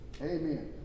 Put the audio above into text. Amen